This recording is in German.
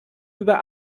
über